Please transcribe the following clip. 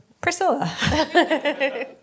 Priscilla